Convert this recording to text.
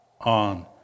on